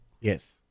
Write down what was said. yes